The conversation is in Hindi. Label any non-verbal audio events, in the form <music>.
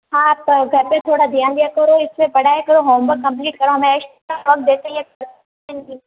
आप घर पे थोड़ा ध्यान दिया करो इसे पढ़ाया करो होमवर्क कंप्लीट कराना है <unintelligible>